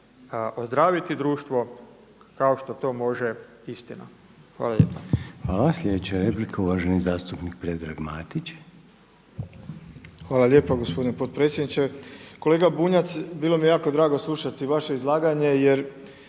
ozdraviti društvo kao što to može istina. Hvala lijepa.